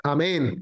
Amen